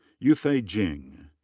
yufei jing.